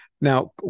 Now